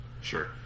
Sure